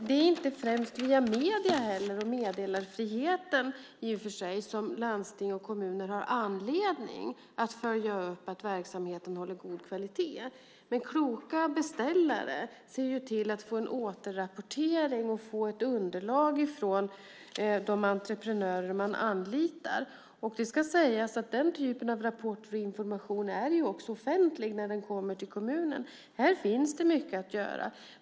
Det är i och för sig inte främst via medier och meddelarfriheten som landsting och kommuner har anledning att följa upp att verksamheten håller god kvalitet. Men kloka beställare ser till att få en återrapportering och ett underlag från de entreprenörer de anlitar. Den typen av rapporter och informationer blir offentliga när de kommer in till kommunen. Här finns det mycket att göra.